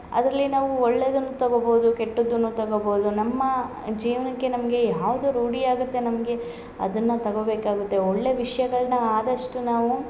ಅದರಲ್ಲಿ ನಾವು ಒಳ್ಳೆಯದನ್ನು ತಗೊಬೌದು ಕೆಟ್ಟದ್ದನ್ನು ತಗೊಬೌದು ನಮ್ಮಾ ಜೀವನಕ್ಕೆ ನಮಗೆ ಯಾವ್ದು ರೂಢಿ ಆಗುತ್ತೆ ನಮಗೆ ಅದನ್ನ ತಗೊಬೇಕಾಗುತ್ತೆ ಒಳ್ಳೆಯ ವಿಷ್ಯಗಳನ್ನ ಆದಷ್ಟು ನಾವು